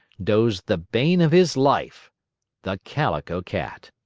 dozed the bane of his life the calico cat.